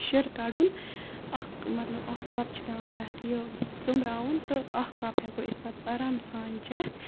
شِر کَڑُن اَکھ مطلب اَکھ کَپ چھُ پیٚوان تَتھ یہِ ژٚمبراوُن تہٕ اَکھ کَپ ہٮ۪کو أسۍ پَتہٕ آرام سان چٮ۪تھ